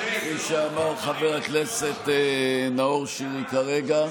כפי שאמר חבר הכנסת נאור שירי כרגע.